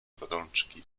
gorączki